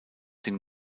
dem